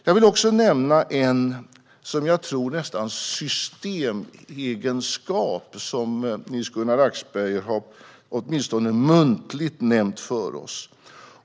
Jag vill också nämna något som jag tror nästan är en systemegenskap och som Hans-Gunnar Axberger har åtminstone muntligt nämnt för oss.